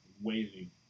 waiting